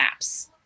apps